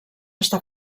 està